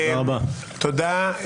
תודה.